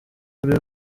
kuri